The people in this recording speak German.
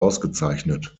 ausgezeichnet